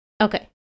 Okay